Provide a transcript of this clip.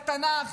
ידע תנ"ך,